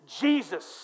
Jesus